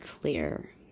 clear